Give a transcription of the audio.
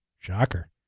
Shocker